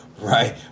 right